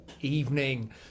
evening